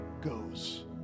goes